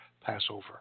Passover